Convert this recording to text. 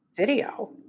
Video